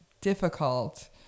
difficult